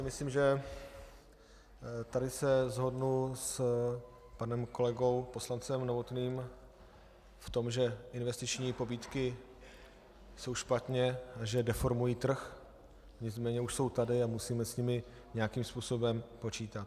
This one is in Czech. Myslím, že tady se shodnu s panem kolegou poslance Novotným v tom, že investiční pobídky jsou špatně a že deformují trh, nicméně už jsou tady a musíme s nimi nějakým způsobem počítat.